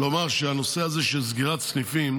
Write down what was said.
לומר שהנושא הזה של סגירת סניפים